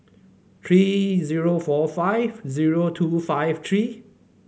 three zero four five zero two five three